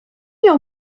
miał